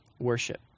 worship